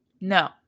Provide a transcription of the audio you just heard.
No